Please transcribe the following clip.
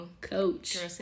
Coach